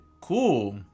cool